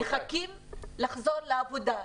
מחכים לחזור לעבודה.